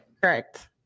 Correct